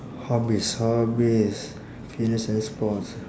hobbies hobbies fitness and sports